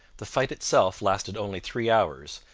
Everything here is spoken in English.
the fight itself lasted only three hours,